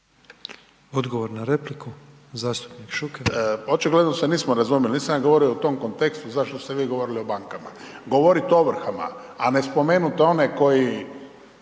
Odgovor na repliku, zastupnik Šuker. **Šuker, Ivan (HDZ)** Očigledno se nismo razumjeli, nisam ja govorio u tom kontekstu zašto ste vi govorili o bankama. Govoriti o ovrhama, a ne spomenuti one koji